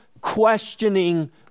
questioning